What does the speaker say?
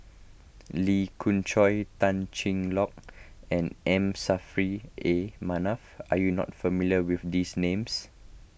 Lee Khoon Choy Tan Cheng Lock and M Saffri A Manaf are you not familiar with these names